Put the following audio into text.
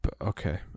okay